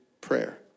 prayer